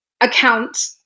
account